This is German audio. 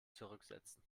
zurücksetzen